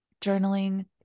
Journaling